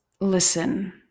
listen